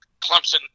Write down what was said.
Clemson